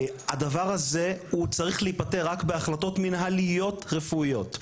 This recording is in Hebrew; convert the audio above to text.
הדבר הזה הוא צריך להיפתר רק בהחלטות מנהליות רפואיות,